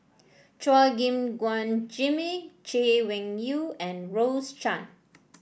Chua Gim Guan Jimmy Chay Weng Yew and Rose Chan